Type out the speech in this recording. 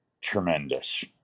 tremendous